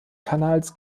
kanals